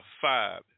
five